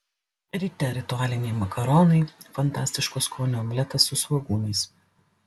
ryte ritualiniai makaronai fantastiško skonio omletas su svogūnais